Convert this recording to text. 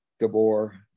Gabor